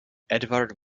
edvard